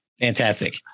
Fantastic